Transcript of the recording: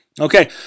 Okay